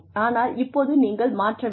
ஆனால் இப்போது நீங்கள் மாற்ற வேண்டும்